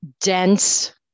dense